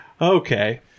okay